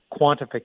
quantification